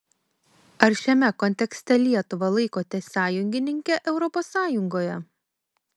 ar šiame kontekste lietuvą laikote sąjungininke europos sąjungoje